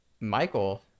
michael